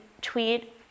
tweet